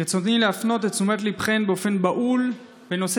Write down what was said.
ברצוני להפנות את תשומת ליבכם באופן בהול לנושא